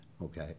Okay